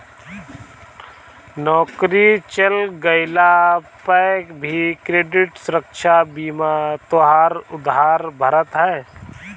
नोकरी चल गइला पअ भी क्रेडिट सुरक्षा बीमा तोहार उधार भरत हअ